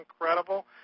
incredible